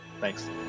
Thanks